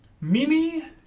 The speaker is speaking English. Mimi